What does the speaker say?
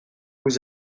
vous